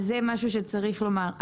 אז זה דבר שצריך לומר.